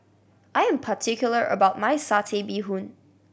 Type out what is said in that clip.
I am particular about my Satay Bee Hoon